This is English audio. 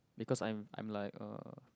because I'm I'm like err